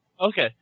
Okay